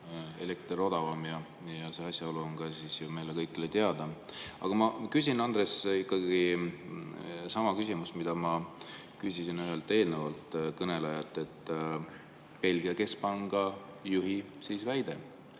elekter odavam, ja see asjaolu on ka meile kõigile teada. Aga ma küsin, Andres, ikkagi sama küsimuse, mida ma küsisin ühelt eelnevalt kõnelejalt. Belgia keskpanga juhi väide